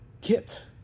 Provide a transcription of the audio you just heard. Kit